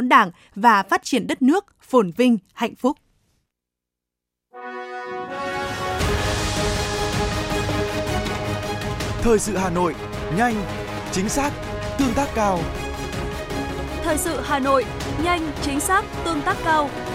Đảng và phát triển đất nước phồn vinh, hạnh phúc. Thời sự Hà Nội, nhanh, chính xác, tương tác cao. Thời sự Hà Nội, nhanh, chính xác, tương tác cao.